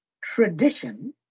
tradition